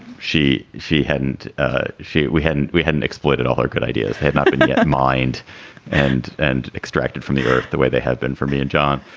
she she hadn't ah she we hadn't we hadn't exploited all our good ideas, had not been mind and and extracted from the earth the way they have been for me and john.